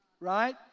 right